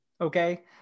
okay